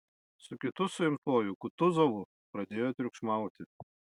su kitu suimtuoju kutuzovu pradėjo triukšmauti